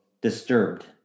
disturbed